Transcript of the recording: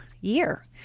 year